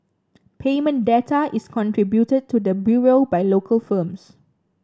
payment data is contributed to the Bureau by local firms